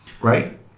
Right